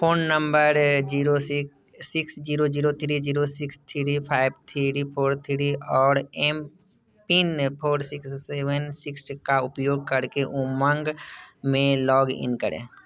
phone number zero six zero zero three zero six three five three four three और MPIN code six seven six का उपयोग करके उमंग में login करें